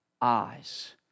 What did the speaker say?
eyes